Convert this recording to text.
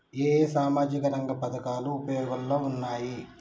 ఏ ఏ సామాజిక రంగ పథకాలు ఉపయోగంలో ఉన్నాయి?